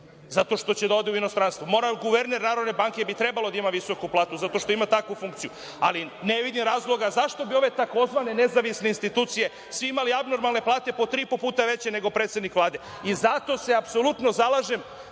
zato što će da ode u inostranstvo, guverner Narodne banke bi trebalo da ima visoku platu zato što ima takvu funkciju, ali ne vidim razloga zašto bi ove takozvane nezavisne institucije svi imali abnormalne plate, po tri i po puta veće nego predsednik Vlade. Zato se apsolutno zalažem